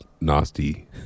nasty